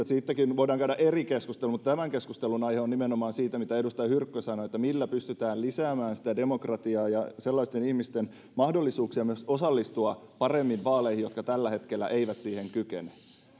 siitä voidaan käydä eri keskustelu mutta tämän keskustelun aihe on nimenomaan se mitä edustaja hyrkkö sanoi millä pystytään lisäämään demokratiaa ja myös sellaisten ihmisten parempia mahdollisuuksia osallistua vaaleihin jotka tällä hetkellä eivät siihen kykene